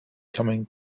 coming